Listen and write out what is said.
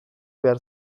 behar